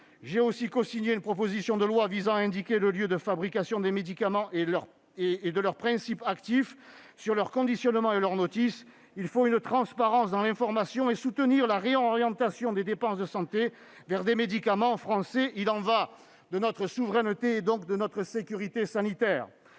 J'ai aussi cosigné une proposition de loi visant à indiquer le lieu de fabrication des médicaments et de leurs principes actifs sur leur conditionnement et notice. Il faut une transparence dans l'information et il faut soutenir la réorientation des dépenses de santé vers des médicaments français. Il en va de notre souveraineté, et donc de notre sécurité sanitaire.